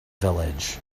village